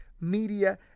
media